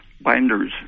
binders